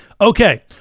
Okay